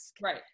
right